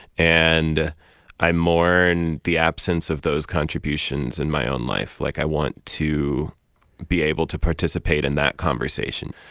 and i mourn the absence of those contributions in my own life like, i want to be able to participate in that conversation.